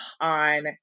on